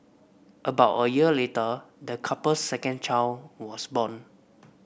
about a year later the couple's second child was born